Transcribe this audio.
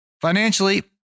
Financially